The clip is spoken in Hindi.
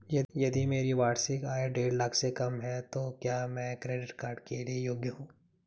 यदि मेरी वार्षिक आय देढ़ लाख से कम है तो क्या मैं क्रेडिट कार्ड के लिए योग्य हूँ?